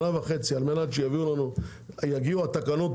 שנה וחצי על מנת שיגיעו לפה התקנות,